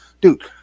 dude